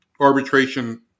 arbitration